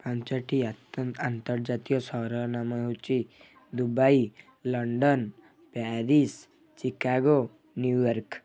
ପାଞ୍ଚଟି ଆନ୍ତର୍ଜାତୀୟ ସହରର ନାମ ହେଉଛି Dubai London Paris Chicago New York